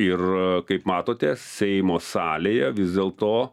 ir kaip matote seimo salėje vis dėlto